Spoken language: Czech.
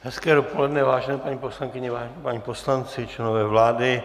Hezké dopoledne, vážené paní poslankyně, vážení páni poslanci, členové vlády.